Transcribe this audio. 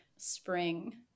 spring